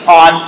on